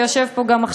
ויושב פה גם,